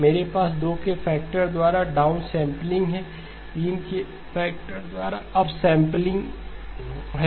मेरे पास 2 के फैक्टर द्वारा डाउनसैंपलिंग है 3 के फैक्टर द्वारा अपसैंपलिंग है